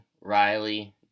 Riley